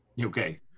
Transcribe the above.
Okay